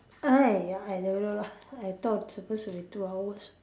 eh ya I don't know lah I thought supposed to be two hours